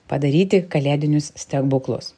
padaryti kalėdinius stebuklus